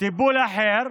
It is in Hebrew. טיפול אחר,